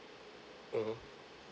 mmhmm